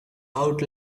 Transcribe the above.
out